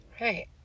Right